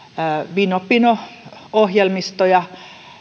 vino pino ohjelmistoja